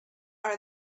are